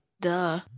Duh